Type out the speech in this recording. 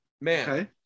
man